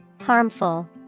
Harmful